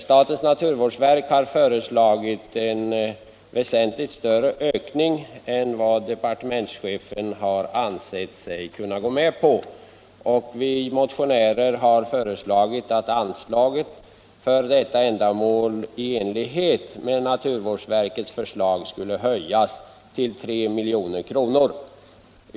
Statens naturvårdsverk har föreslagit en väsentligt större ökning än vad departementschefen har ansett sig kunna gå med på. Vi motionärer har yrkat att anslaget för detta ändamål i enlighet med naturvårdsverkets förslag skulle höjas till 3 milj.kr.